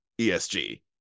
ESG